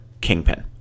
Kingpin